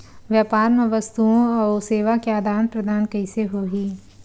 व्यापार मा वस्तुओ अउ सेवा के आदान प्रदान कइसे होही?